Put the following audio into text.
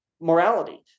morality